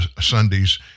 Sundays